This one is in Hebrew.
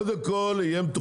קודם כל, יהיה מתוכנן.